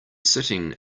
sitting